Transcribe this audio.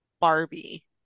Barbie